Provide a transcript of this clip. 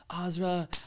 azra